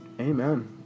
amen